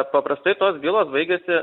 paprastai tos bylos baigiasi